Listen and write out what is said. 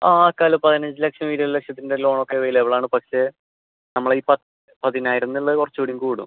ആ ആർക്കായാലും പതിനഞ്ച് ലക്ഷം ഇരുപത് ലക്ഷത്തിൻ്റെ ലോൺ ഒക്കെ അവൈലബിൾ ആണ് പക്ഷേ നമ്മൾ ഈ പ പതിനായിരം എന്നുള്ള കുറച്ചുകൂടെ കൂടും